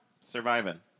Surviving